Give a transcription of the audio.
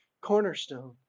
cornerstone